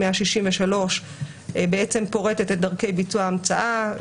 163 פורטת את דרכי ביצוע ההמצאה.